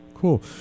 Cool